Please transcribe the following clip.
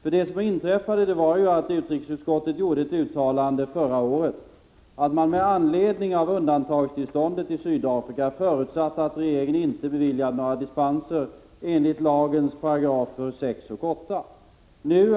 Vad som inträffade var att utrikesutskottet förra året gjorde ett uttalande att man med anledning av undantagstillståndet i Sydafrika förutsatte att regeringen inte beviljar några dispenser enligt lagens 6 och 8 §§.